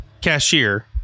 cashier